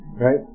Right